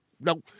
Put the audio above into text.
no